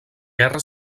guerra